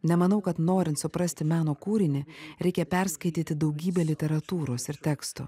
nemanau kad norint suprasti meno kūrinį reikia perskaityti daugybę literatūros ir tekstų